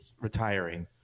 retiring